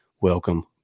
welcome